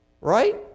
Right